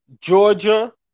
Georgia